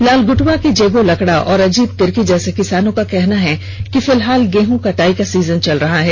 लालगुटवा के जेगो लकड़ा और अजीत तिर्की जैसे किसानों का कहना है कि फिलहाल गेहूं कटाई का सीजन चल रहा है